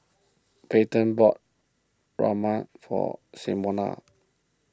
Payton bought Rajma for Simona